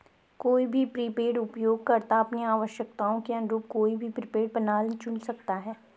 कोई भी प्रीपेड उपयोगकर्ता अपनी आवश्यकताओं के अनुरूप कोई भी प्रीपेड प्लान चुन सकता है